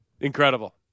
Incredible